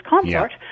Consort